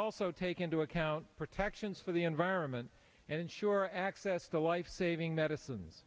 also take into account protections for the environment and ensure access to life saving that assumes